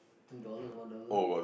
two dollar one dollar